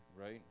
right